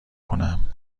کنم